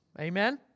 Amen